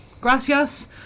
Gracias